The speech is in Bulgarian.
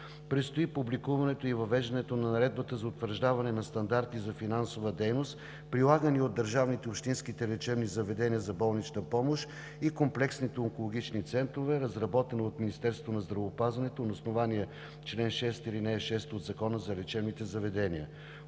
Предстои публикуването и въвеждането на Наредбата за утвърждаване на стандарти за финансова дейност, прилагани от държавните и общински лечебни заведения за болнична помощ и комплексните онкологични центрове, разработена от Министерството на здравеопазването на основание чл. 6, ал. 6 от Закона за лечебните заведения.